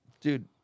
Dude